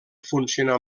funcionar